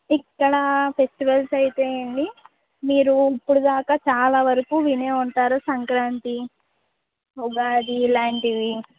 ఇక్కడ ఫెస్టివల్స్ అయితే అండి మీరు ఇప్పుటి దాకా చాలావరకు వినే ఉంటారు సంక్రాంతి ఉగాది ఇలాంటివి